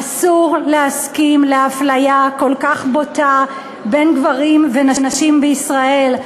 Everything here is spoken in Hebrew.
אסור להסכים לאפליה כל כך בוטה בין גברים לנשים בישראל.